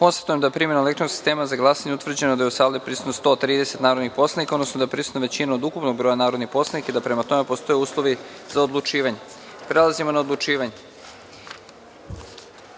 glasanje. Konstatujem da je primenom elektronskog sistema za glasanje utvrđeno da je u sali prisutno 130 narodnih poslanika, odnosno da je prisutna većina od ukupnog broja narodnih poslanika i da, prema tome, postoje uslovi za odlučivanje. Prelazimo na odlučivanje.1.